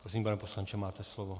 Prosím, pane poslanče, máte slovo.